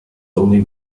only